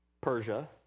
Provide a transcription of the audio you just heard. Persia